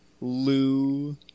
Lou